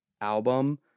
album